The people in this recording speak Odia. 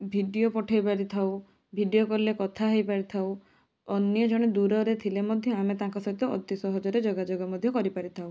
ଭିଡ଼ିଓ ପଠାଇ ପାରିଥାଉ ଭିଡ଼ିଓ କଲ୍ରେ କଥା ହେଇପାରିଥାଉ ଅନ୍ୟଜଣେ ଦୂରରେ ଥିଲେ ମଧ୍ୟ ଆମେ ତାଙ୍କ ସହିତ ଅତି ସହଜରେ ଯୋଗାଯୋଗ ମଧ୍ୟ କରିପାରିଥାଉ